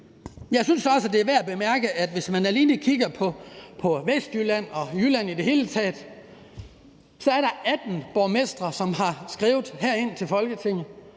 Jeg synes også, det er værd at bemærke, at hvis man alene kigger på Vestjylland og Jylland i det hele taget, er der 18 borgmestre, som har skrevet herind til Folketinget